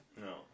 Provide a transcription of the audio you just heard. No